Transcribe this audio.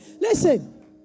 Listen